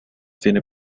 tiene